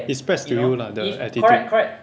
it spreads to you lah the attitude